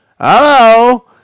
Hello